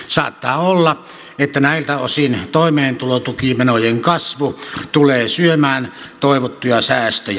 saattaa olla että näiltä osin toimeentulotukimenojen kasvu tulee syömään toivottuja säästöjä